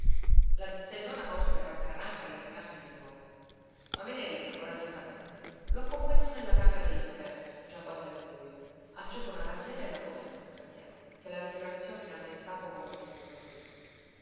zitellona corse ranca ranca a rintanarsi di nuovo ma venerina coraggiosamente lo accompagnò nella camera dell'infermo già quasi al bujo accese una candela e la porse allo straniero che la ringraziò chinando il capo con un mesto sorriso